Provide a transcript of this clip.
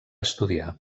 estudiar